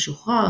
הוא שוחרר,